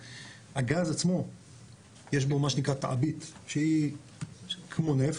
הגז עצמו יש בו מה שנקרא תעבית שהיא כמו נפט,